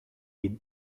est